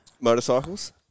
motorcycles